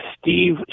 Steve